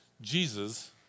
Jesus